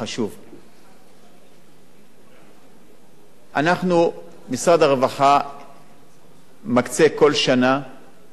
4. משרד הרווחה מקצה כל שנה כ-90 מיליון